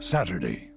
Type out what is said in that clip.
Saturday